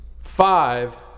Five